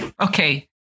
Okay